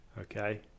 Okay